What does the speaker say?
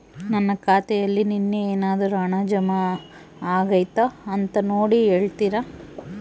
ನನ್ನ ಖಾತೆಯಲ್ಲಿ ನಿನ್ನೆ ಏನಾದರೂ ಹಣ ಜಮಾ ಆಗೈತಾ ಅಂತ ನೋಡಿ ಹೇಳ್ತೇರಾ?